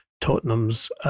Tottenham's